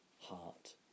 heart